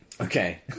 Okay